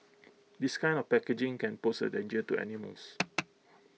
this kind of packaging can pose A danger to animals